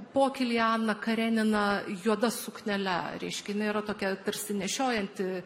pokylyje ana karenina juoda suknele reiškia jinai yra tokia tarsi nešiojanti